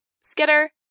Skitter